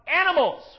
animals